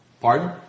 Pardon